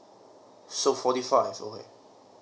so forty five is okay